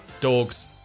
dogs